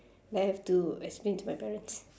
that I have to explain to my parents